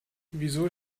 wieso